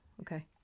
okay